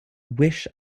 wish